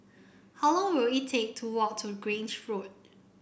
how long will it take to walk to Grange Road